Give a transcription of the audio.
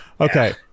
Okay